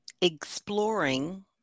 exploring